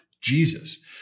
Jesus